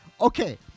Okay